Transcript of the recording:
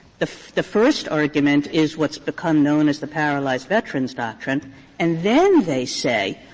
the the first argument is what's become known as the paralyzed veterans doctrine and then they say,